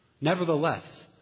Nevertheless